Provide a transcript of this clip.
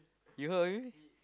you heard of him